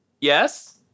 yes